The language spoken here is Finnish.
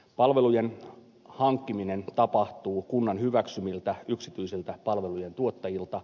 palvelujen hankkiminen tapahtuu kunnan hyväksymiltä yksityisiltä palvelujentuottajilta